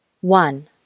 one